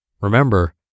Remember